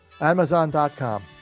Amazon.com